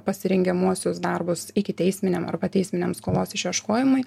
pasirengiamuosius darbus ikiteisminiam arba teisminiam skolos išieškojimui